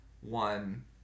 one